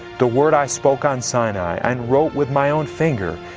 the word i spoke on sinai and wrote with my own finger,